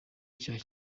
icyaha